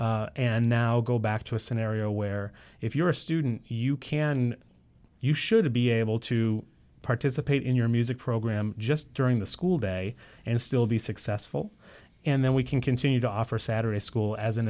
and now go back to a scenario where if you're a student you can you should be able to participate in your music program just during the school day and still be successful and then we can continue to offer saturday school as an